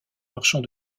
marchand